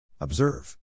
Observe